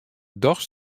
dochs